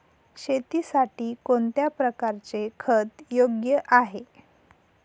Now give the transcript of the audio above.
शेतीसाठी कोणत्या प्रकारचे खत योग्य आहे?